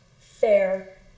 fair